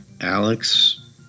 Alex